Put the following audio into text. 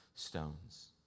stones